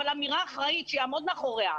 אבל אמירה אחראית, שהוא יעמוד מאחוריה.